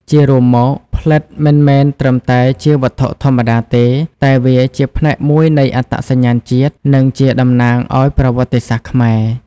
ជារួមមកផ្លិតមិនមែនត្រឹមតែជាវត្ថុធម្មតាទេ តែវាជាផ្នែកមួយនៃអត្តសញ្ញាណជាតិ និងជាតំណាងឱ្យប្រវត្តិសាស្ត្រខ្មែរ។